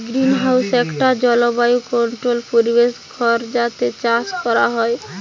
greenhouse একটা জলবায়ু controlled পরিবেশ ঘর যাতে চাষ কোরা হয়